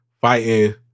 fighting